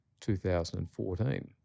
2014